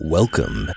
Welcome